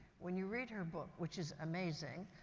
when you read her book, which is amazing,